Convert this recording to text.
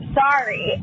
sorry